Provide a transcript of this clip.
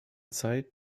zeit